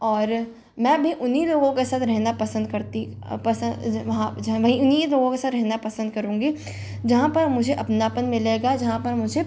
और मैं भी उन्हीं लोगों के साथ रहना पसंद करती पसंद इन्हीं लोगों के साथ रहना पसंद करूंगी जहाँ पर मुझे अपनापन मिलेगा जहाँ पर मुझे